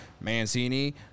mancini